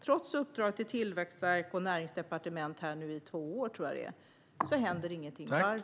Trots uppdrag till Tillväxtverket och Näringsdepartementet i två år, tror jag, händer ingenting. Varför?